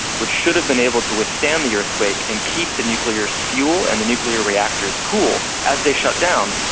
which should have been able to withstand the earthquake and keep the nuclear fuel and the nuclear reactors cool as they shut down,